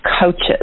coaches